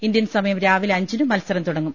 Indian സമയം രാവിലെ അഞ്ചിന് മത്സരം തുടങ്ങും